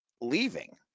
leaving